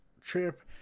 trip